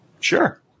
Sure